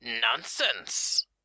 nonsense